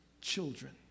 children